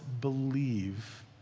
believe